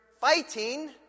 fighting